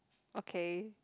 okay